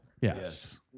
Yes